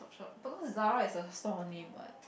because Zara is a store name what